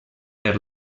per